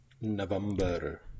November